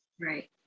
right